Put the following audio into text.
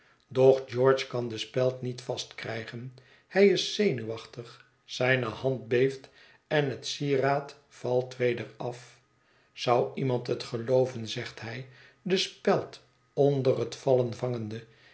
doch george kan de speld niet vastkrijgen hij is zenuwachtig zijne hand beeft en het sieraad valt weder af zou iemand het gelooven zegt hij de speld onder het vallen vangende